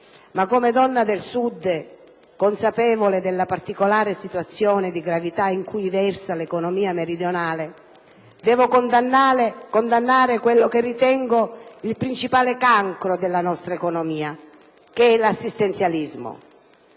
ma come donna del Sud, consapevole della particolare situazione di gravità in cui versa l'economia meridionale, devo condannare quello che ritengo il principale cancro della nostra economia: l'assistenzialismo.